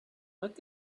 must